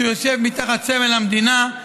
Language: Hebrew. כשהוא יושב מתחת סמל המדינה,